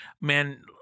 Man